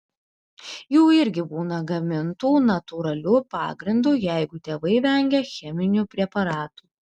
jų irgi būna gamintų natūraliu pagrindu jeigu tėvai vengia cheminių preparatų